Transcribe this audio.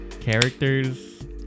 characters